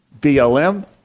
BLM